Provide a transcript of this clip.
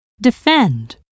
defend